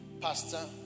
Pastor